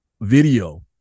video